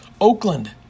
Oakland